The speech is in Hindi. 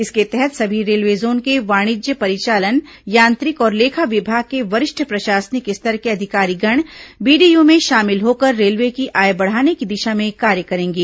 इसके तहत सभी रेलवे जोन के वाणिज्य परिचालन यांत्रिक और लेखा विभाग के वरिष्ठ प्रशासनिक स्तर के अधिकारीगण बीडीयू में शामिल होकर रेलवे की आय बढ़ाने की दिशा में कार्य करेंगे